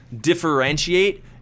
differentiate